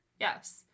Yes